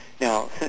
Now